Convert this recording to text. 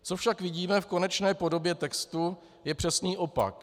Co však vidíme v konečné podobě textu, je přesný opak.